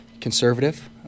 conservative